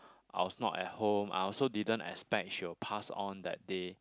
I was not at home I also didn't expect she will pass on that day